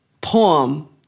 poem